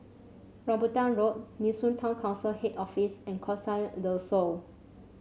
Rambutan Road Nee Soon Town Council Head Office and Costa Del Sol